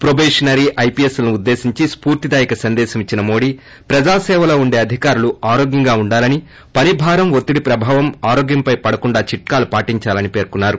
probationary ఐపీఎస్లను ఉద్దేశించి స్పూర్తిదాయక సందేశమిచ్చిన మోడీ ప్రజా సేవలో ఉండే అధికారులు ఆరోగ్యంగా ఉండాలని పని భారం ఒత్తిడి ప్రభావం ఆరోగ్యంపై పడకుండా చిట్కాలు పాటిందాలని మోదీ పేర్కొన్నారు